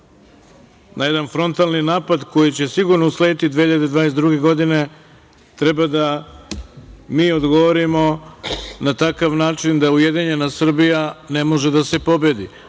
na jedan frontalni napad koji će sigurno uslediti 2022. godine treba mi odgovorimo na takav način da ujedinjena Srbija ne može da se pobedi,